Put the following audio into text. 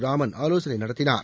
ராமன் ஆலோசனை நடத்தினார்